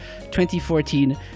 2014